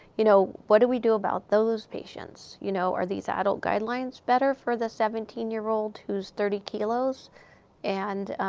you know, what do we do about those patients? you know are these adult guidelines better for the seventeen year old who's thirty kilos and,